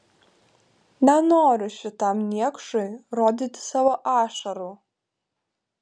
nenoriu šitam niekšui rodyti savo ašarų